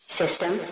system